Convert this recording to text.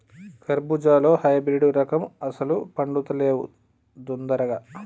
కర్బుజాలో హైబ్రిడ్ రకం అస్సలు పండుతలేవు దొందరగా